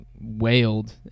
wailed